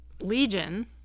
Legion